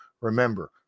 Remember